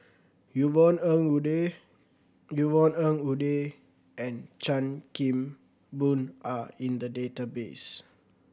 Yvonne Ng Uhde Yvonne Ng Uhde and Chan Kim Boon are in the database